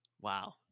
Wow